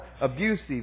abusive